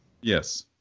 Yes